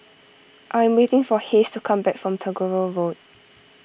I am waiting for Hays to come back from Tagore Road